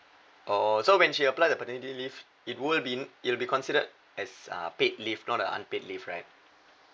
oh so when she apply the paternity leave it will be it'll be considered as uh paid leave not the unpaid leave right